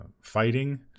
fighting